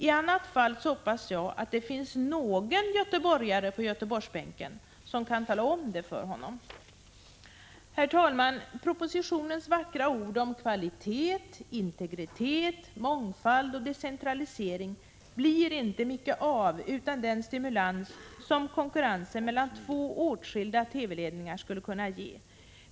I annat fall hoppas jag att det finns någon göteborgare på göteborgsbänken som kan tala om det för honom. Herr talman! Det blir inte mycket av propositionens vackra ord om kvalitet, integritet, mångfald och decentralisering utan den stimulans som konkurrensen mellan två åtskilda TV-ledningar skulle kunna ge.